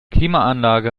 klimaanlage